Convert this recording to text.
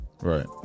right